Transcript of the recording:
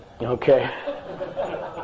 Okay